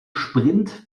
sprint